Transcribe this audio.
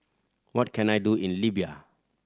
what can I do in Libya